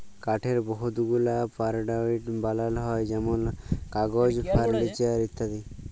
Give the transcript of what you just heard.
কাঠের বহুত গুলা পরডাক্টস বালাল হ্যয় যেমল কাগজ, ফারলিচার ইত্যাদি